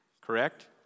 correct